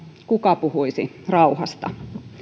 kuka puhuisi rauhasta